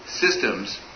systems